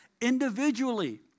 individually